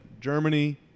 Germany